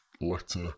letter